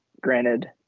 Granted